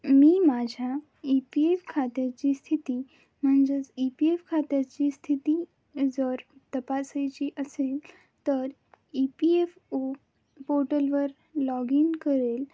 मी माझ्या E P F खात्याची स्थिती म्हणजेच ई पी एफ खात्याची स्थिती जर तपासायची असेल तर ई पी एफ ओ पोर्टलवर लॉग इन करेल